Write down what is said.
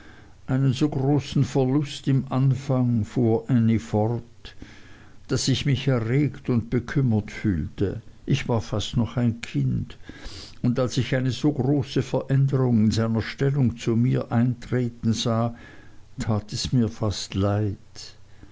einen so großen verlust im anfang fuhr ännie fort daß ich mich erregt und bekümmert fühlte ich war fast noch ein kind und als ich eine so große veränderung in seiner stellung zu mir eintreten sah tat es mir fast leid